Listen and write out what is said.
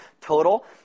total